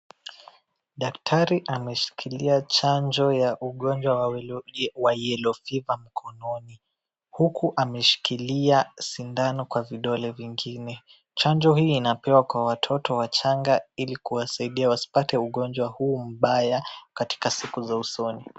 Daktari ameshikilia chanjo ya ugonjwa wa Yellow Fever mkononi, huku amashikilia sindano kwa vidole vingine. Chanjo hii inapewa kwa watoto wachanga ilikuwasadia wasipate ugonjwa huu mbaya katika siku za usoni.